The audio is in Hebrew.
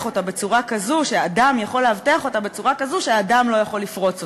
אותה בצורה כזאת שאדם לא יכול לפרוץ אותה.